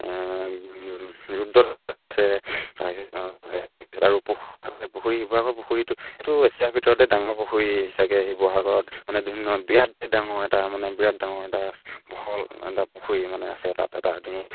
আছে আৰু পুখুৰী শিৱসাগৰ পুখুৰীটো এইটো এছিয়াৰ ভিতৰতে ডাঙৰ পুখুৰী চাগে শিৱসাগৰত মানে ধুন বিৰাট ডাঙৰ এটা মানে বিৰাট ডাঙৰ এটা বহল এটা পুখুৰী মানে আছে তাত এটা ধু